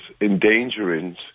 endangering